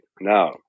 Now